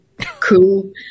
cool